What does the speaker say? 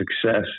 success